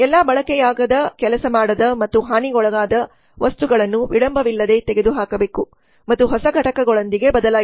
ಎಲ್ಲಾ ಬಳಕೆಯಾಗದ ಕೆಲಸ ಮಾಡದ ಮತ್ತು ಹಾನಿಗೊಳಗಾದ ವಸ್ತುಗಳನ್ನು ವಿಳಂಬವಿಲ್ಲದೆ ತೆಗೆದುಹಾಕಬೇಕು ಮತ್ತು ಹೊಸ ಘಟಕಗಳೊಂದಿಗೆ ಬದಲಾಯಿಸಬೇಕು